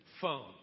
phone